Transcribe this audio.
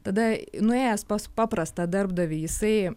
tada nuėjęs pas paprastą darbdavį jisai